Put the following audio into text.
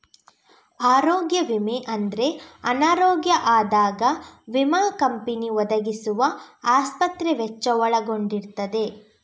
ಆರೋಗ್ಯ ವಿಮೆ ಅಂದ್ರೆ ಅನಾರೋಗ್ಯ ಆದಾಗ ವಿಮಾ ಕಂಪನಿ ಒದಗಿಸುವ ಆಸ್ಪತ್ರೆ ವೆಚ್ಚ ಒಳಗೊಂಡಿರ್ತದೆ